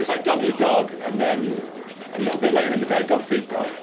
it's like dog-eat-dog, and then a little bit later in the day, dog-feed-dog.